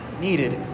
needed